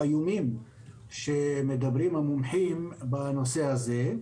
האיומים שמדברים המומחים בנושא הזה.